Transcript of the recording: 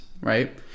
right